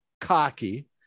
cocky